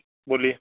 बोलिए